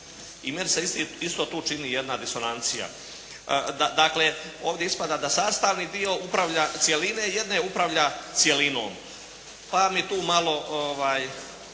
I meni se isto tu čini jedna disonancija. Dakle, ovdje ispada da sastavni dio upravlja cjeline jedne, upravlja cjelinom. Pa mi tu malo